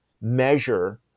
measure